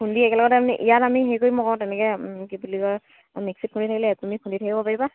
খুন্দি একেলগতে আমি ইয়াত আমি হেৰি কৰিম আকৌ তেনেকৈ কি বুলি কয় মিক্সিত খুন্দি থাকিলে তুমি খুন্দি থাকিব পাৰিবা